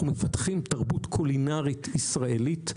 אנחנו מפתחים תרבות קולינרית ישראלית.